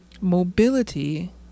mobility